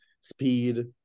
speed